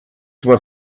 were